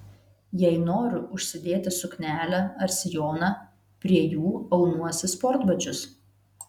jei noriu užsidėti suknelę ar sijoną prie jų aunuosi sportbačius